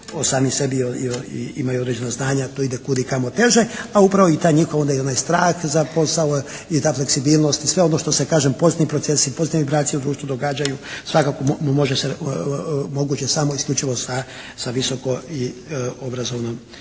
sami sebi, imaju određena znanja to ide kudikamo teže. A upravo i taj njihov, onda i onaj strah za posao i ta fleksibilnost i sve ono što se kažem pozitivni procesi, pozitivne vibracije u društvu događaju svakako može se, moguće samo isključivo sa visoko i obrazovnim